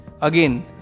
Again